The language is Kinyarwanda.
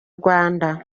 rwanda